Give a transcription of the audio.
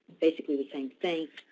basically the same thing,